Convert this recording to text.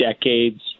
decades